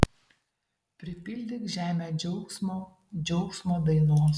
pripildyk žemę džiaugsmo džiaugsmo dainos